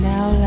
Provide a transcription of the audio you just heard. Now